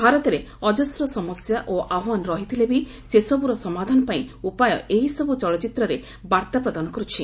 ଭାରତରେ ଅଜସ୍ର ସମସ୍ୟା ଓ ଆହ୍ୱାନ ରହିଥିଲେ ବି ସେସବୁର ସମାଧାନ ପାଇଁ ଉପାୟ ଏହିସବୁ ଚଳଚ୍ଚିତ୍ରରେ ବାର୍ତ୍ତା ପ୍ରଦାନ କରୁଛି